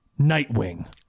Nightwing